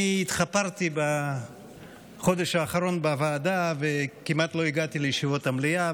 אני התחפרתי בחודש האחרון בוועדה וכמעט לא הגעתי לישיבות המליאה,